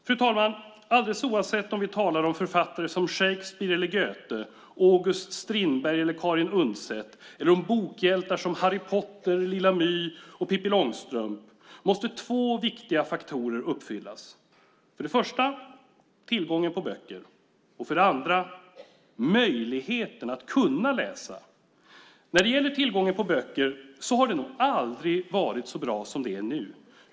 Fru talman! Alldeles oavsett om vi talar om författare som Shakespeare eller Goethe, August Strindberg eller Sigrid Undset, eller om bokhjältar som Harry Potter, Lilla My och Pippi Långstrump, måste två viktiga faktorer uppfyllas: för det första tillgången på böcker och för det andra möjligheten att läsa. När det gäller tillgången på böcker har det nog aldrig varit så bra som det är nu.